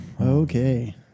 Okay